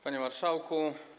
Panie Marszałku!